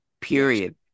Period